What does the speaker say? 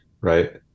Right